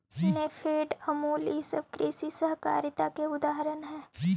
नेफेड, अमूल ई सब कृषि सहकारिता के उदाहरण हई